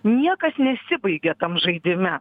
niekas nesibaigia tam žaidime